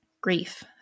grief